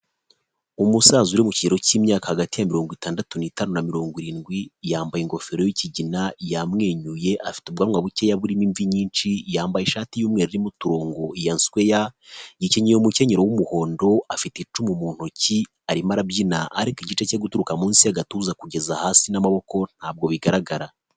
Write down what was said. Umusaza uri mu kigero cy'imyaka hagati ya mirongo itandatu n'itanu na mirongo irindwi yambaye ingofero y'ikigina yamwenyuye afite ubwanwa bukeya burimo imvi nyinshi yambaye ishati y'umweru n'uturongo yasikweya yikenye umukenyero w'umuhondo afite icumu mu ntoki arimo arabyina ariko igice cyo guturuka munsi y'agatuza kugeza hasi n'amaboko ntabwo bigaragara.